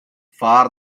for